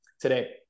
today